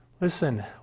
Listen